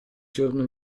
giorno